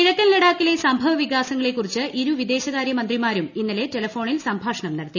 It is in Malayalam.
കിഴക്കൻ ലഡാക്കിലെ സംഭവ വികാസങ്ങളെ കുറിച്ച് ഇരു വിദേശകാര്യമന്ത്രിമാരും ഇന്നലെ ടെലഫോണിൽ സംഭാഷണം നടത്തി